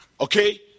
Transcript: Okay